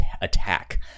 attack